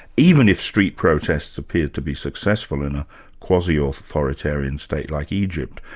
even if street protests appear to be successful in a quasi-authoritarian state like egypt.